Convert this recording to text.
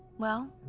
well,